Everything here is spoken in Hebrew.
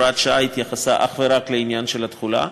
הוראת השעה מתייחסת אך ורק לעניין התחולה,